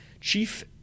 chief